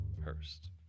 hurst